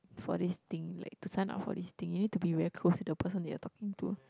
for this thing like to sign up for this thing you need to be very close with the person you're talking to